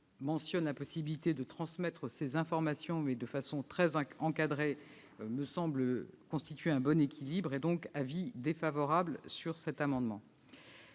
mentionne la possibilité de transmettre ces informations, mais de façon très encadrée, me semble constituer un bon équilibre. Par conséquent le Gouvernement